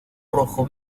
rojo